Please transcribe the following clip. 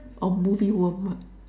oh movie worm ah